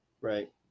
right